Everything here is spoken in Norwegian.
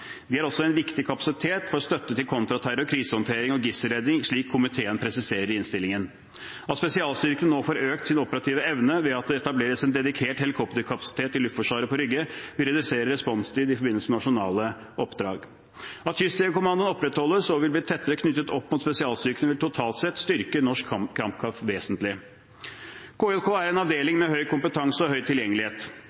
De er også en viktig kapasitet for støtte til kontraterror, krisehåndtering og gisselredning, slik komiteen presiserer i innstillingen. At spesialstyrkene nå får økt sin operative evne ved at det etableres en dedikert helikopterkapasitet ved Luftforsvaret på Rygge, vil redusere responstid i forbindelse med nasjonale oppdrag. At Kystjegerkommandoen opprettholdes og vil bli tettere knyttet opp mot spesialstyrkene, vil totalt sett styrke norsk kampkraft vesentlig. KJK er en